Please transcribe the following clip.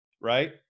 right